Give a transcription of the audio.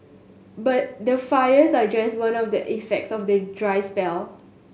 but the fires are just one of the effects of the dry spell